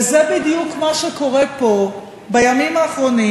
וזה בדיוק מה שקורה פה בימים האחרונים.